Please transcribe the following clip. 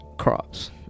crops